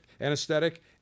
anesthetic